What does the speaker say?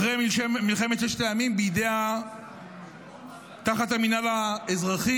אחרי מלחמת ששת הימים, בידי המינהל האזרחי